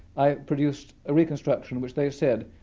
i produced a reconstruction which, they said,